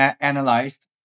analyzed